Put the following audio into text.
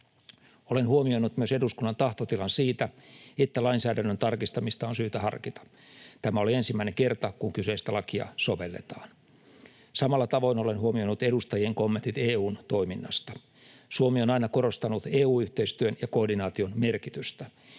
Olen huomioinut myös eduskunnan tahtotilan siitä, että lainsäädännön tarkistamista on syytä harkita. Tämä oli ensimmäinen kerta, kun kyseistä lakia sovelletaan. Samalla tavoin olen huomioinut edustajien kommentit EU:n toiminnasta. Suomi on aina korostanut EU-yhteistyön ja koordinaation merkitystä.